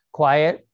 quiet